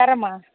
தர்றேம்மா